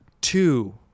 Two